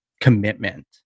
commitment